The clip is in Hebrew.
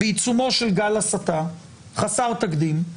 בעיצומו של גל הסתה חסר תקדים,